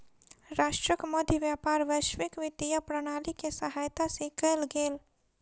राष्ट्रक मध्य व्यापार वैश्विक वित्तीय प्रणाली के सहायता से कयल गेल